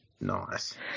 Nice